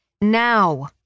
Now